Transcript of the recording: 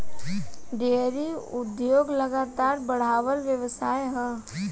dairy उद्योग लगातार बड़ेवाला व्यवसाय ह